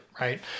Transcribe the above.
right